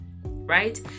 right